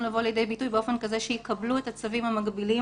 לבוא לידי ביטוי באופן כזה שיקבלו את הצווים המגבילים.